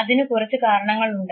അതിന് കുറച്ച് കാരണങ്ങളുണ്ട്